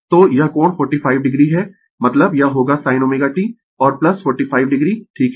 तो यह कोण 45 o है मतलब यह होगा sin ω t और 45 o ठीक है